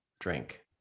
drink